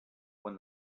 when